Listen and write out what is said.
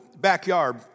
backyard